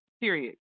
Period